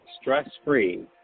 stress-free